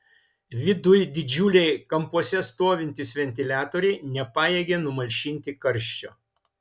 viduj didžiuliai kampuose stovintys ventiliatoriai nepajėgė numalšinti karščio